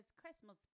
Christmas